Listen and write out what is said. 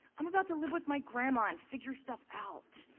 i'm about to live with my grandma and figure stuff out.